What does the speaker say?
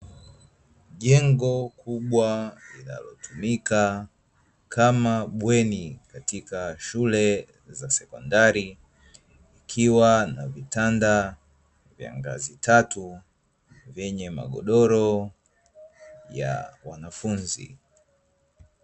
Jengo kubwa linalotumika kama bweni katika shule za sekondari, ikiwa na vitanda vya ngazi tatu vyenye magodoro ya wanafunzi.